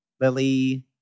Lily